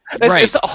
right